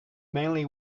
mainly